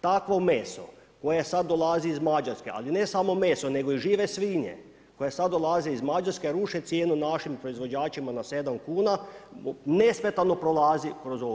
Takvo meso koje sad dolazi iz Mađarske, ali ne samo meso nego i žive svinje koje sad dolaze iz Mađarske, ruše cijenu našim proizvođačima na 7 kuna, nesmetano prolazi kroz ovo.